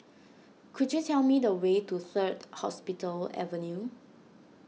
could you tell me the way to Third Hospital Avenue